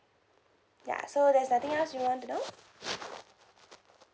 ya so there's nothing else you want to know